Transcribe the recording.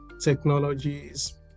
technologies